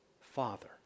Father